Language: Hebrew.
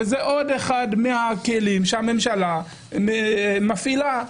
וזה עוד אחד מהכלים שהממשלה מפעילה.